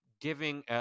giving